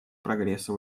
прогресса